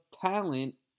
talent